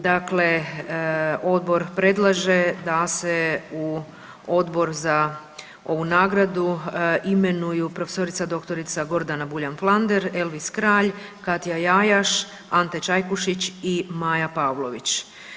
Dakle, odbor predlaže da se u Odbor za ovu nagradu imenuju prof. dr. Gordana Buljan Flander, Elvis Kralj, Katja Jajaš, Ante Čajkušić i Maja Pavlović.